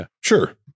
Sure